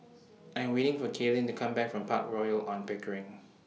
I Am waiting For Kaylin to Come Back from Park Royal on Pickering